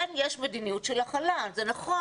כן יש מדיניות של החלה, זה נכון.